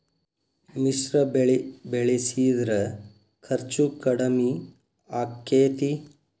ಮಿಶ್ರ ಬೆಳಿ ಬೆಳಿಸಿದ್ರ ಖರ್ಚು ಕಡಮಿ ಆಕ್ಕೆತಿ?